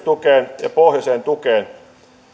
tukeen ja pohjoiseen tukeen